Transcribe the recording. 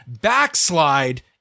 backslide